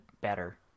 better